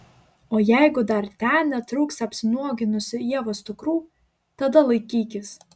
o jeigu dar ten netrūksta apsinuoginusių ievos dukrų tada laikykis